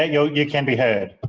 ah you know you can be heard.